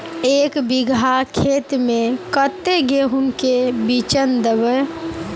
एक बिगहा खेत में कते गेहूम के बिचन दबे?